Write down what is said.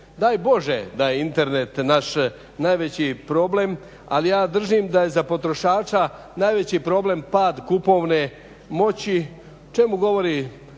Daj Bože da je Internet naš najveći problem, ali ja držim da je za potrošača najveći problem pad kupovne moći, o čemu govori